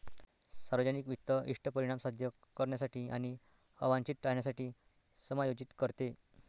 सार्वजनिक वित्त इष्ट परिणाम साध्य करण्यासाठी आणि अवांछित टाळण्यासाठी समायोजित करते